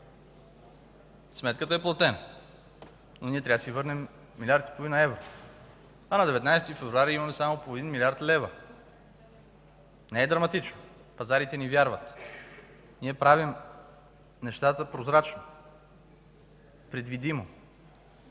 Сметката е платена, но ние трябва да си върнем милиард и половина евро, а на 19 февруари имаме само половин милиард лева. Не е драматично. Пазарите ни вярват. Ние правим нещата прозрачно, предвидимо